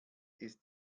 ist